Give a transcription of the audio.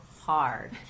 hard